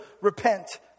repent